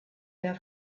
der